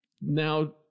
now